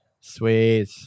Sweet